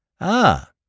Ah